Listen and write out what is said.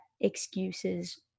excuses